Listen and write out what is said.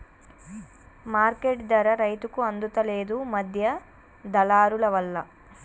market ధర రైతుకు అందుత లేదు, మధ్య దళారులవల్ల